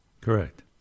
Correct